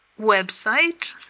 website